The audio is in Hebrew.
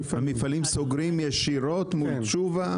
המפעלים סוגרים ישירות מול תשובה?